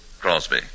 Crosby